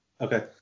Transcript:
Okay